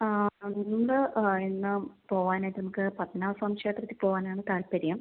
ഇന്ന് ഇന്ന് പോവാനായിട്ട് നമുക്ക് പദ്മനാഭസ്വാമി ക്ഷേത്രത്തിൽ പോകാനാണ് താൽപര്യം